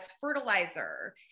fertilizer